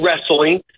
wrestling